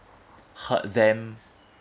hurt them